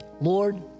Lord